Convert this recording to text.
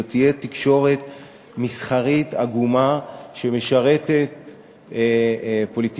זו תהיה תקשורת מסחרית עגומה שמשרתת פוליטיקאים.